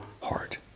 heart